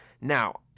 Now